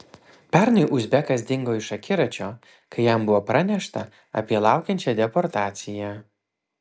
pernai uzbekas dingo iš akiračio kai jam buvo pranešta apie laukiančią deportaciją